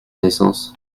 naissance